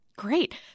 Great